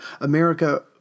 America